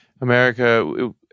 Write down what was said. America